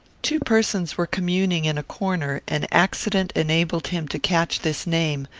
two persons were communing in a corner, and accident enabled him to catch this name,